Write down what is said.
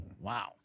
wow